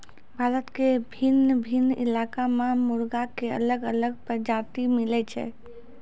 भारत के भिन्न भिन्न इलाका मॅ मुर्गा के अलग अलग प्रजाति मिलै छै